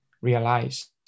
realize